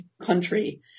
country